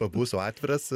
pabūsiu atviras